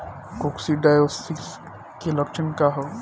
Coccidiosis के लक्षण का ह?